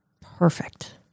perfect